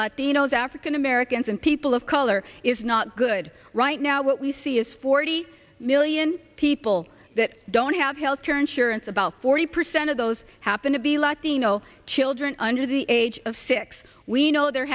latinos african americans and people of color is not good right now what we see is forty million people that don't have health care insurance about forty percent of those happen to be latino children under the age of six we know there